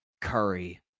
Curry